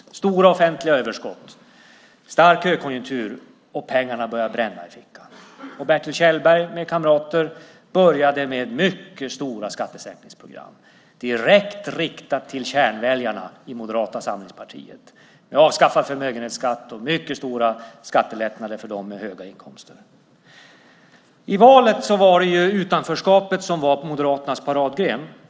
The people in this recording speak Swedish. Det var stora offentliga överskott och en stark högkonjunktur, och pengarna började bränna i fickan. Bertil Kjellberg med kamrater började med stora skattesänkningsprogram direkt riktade till kärnväljarna i Moderata samlingspartiet. Ni avskaffade förmögenhetsskatten och införde stora skattelättnader för dem med höga inkomster. I valet var utanförskapet Moderaternas paradgren.